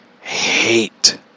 hate